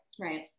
right